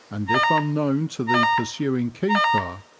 and if unknown to the pursuing keeper,